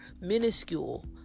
minuscule